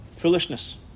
Foolishness